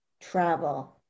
travel